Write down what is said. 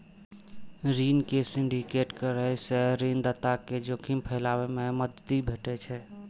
ऋण के सिंडिकेट करै सं ऋणदाता कें जोखिम फैलाबै मे मदति भेटै छै